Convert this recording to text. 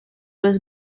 was